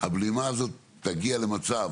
הבלימה הזאת תגיע למצב